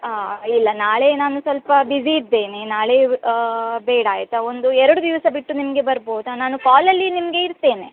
ಹಾಂ ಇಲ್ಲ ನಾಳೆ ನಾನು ಸ್ವಲ್ಪ ಬಿಸಿ ಇದ್ದೇನೆ ನಾಳೆ ಬೇಡ ಆಯಿತಾ ಒಂದು ಎರಡು ದಿವಸ ಬಿಟ್ಟು ನಿಮಗೆ ಬರ್ಬೋದ ನಾನು ಕಾಲಲ್ಲಿ ನಿಮಗೆ ಇರ್ತೇನೆ